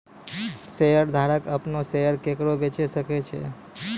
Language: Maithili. शेयरधारक अपनो शेयर केकरो बेचे सकै छै